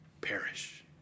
perish